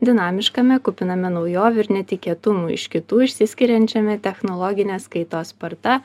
dinamiškame kupiname naujovių ir netikėtumų iš kitų išsiskiriančiame technologinės kaitos sparta